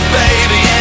baby